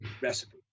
recipe